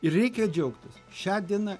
ir reikia džiaugtis šia diena